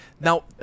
now